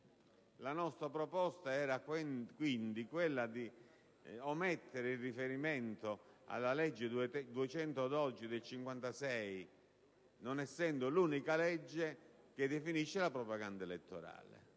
la nostra proposta suggeriamo di omettere il riferimento alla legge n. 212 del 1956, non essendo l'unica legge che definisce la propaganda elettorale,